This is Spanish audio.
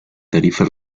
tarifa